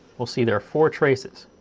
we'll see there are four traces.